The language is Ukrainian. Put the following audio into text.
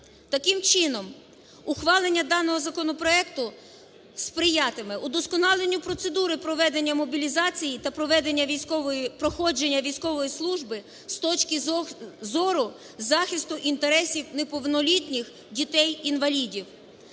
Таким чином, ухвалення даного законопроекту сприятиме удосконаленню процедури проведення мобілізації та проведення, проходження військової служби з точки зору захисту інтересів неповнолітніх дітей-інвалідів.